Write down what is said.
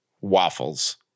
waffles